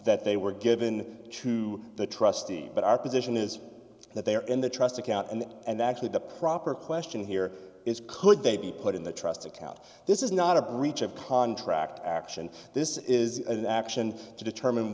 that they were given to the trustee but our position is that they are in the trust account and that and actually the proper question here is could they be put in the trust account this is not a breach of contract action this is an action to determine